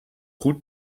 goed